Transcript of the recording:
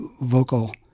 vocal